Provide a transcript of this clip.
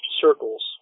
circles